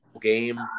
game